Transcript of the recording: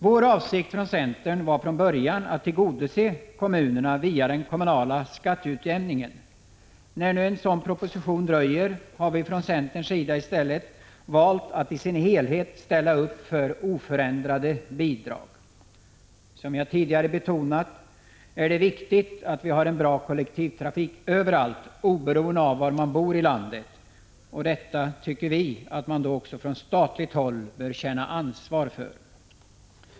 Vår avsikt från början var att tillgodose kommunerna via den kommunala skatteutjämningen. När nu en sådan proposition dröjt har vi från centerns sida valt att i sin helhet ställa upp för oförändrade bidrag. Som jag tidigare betonat är det viktigt att vi har en bra kollektivtrafik överallt, oberoende av var man bor i landet, och detta bör vi även från statligt håll känna ansvar för.